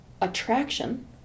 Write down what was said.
attraction